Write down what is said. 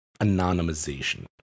anonymization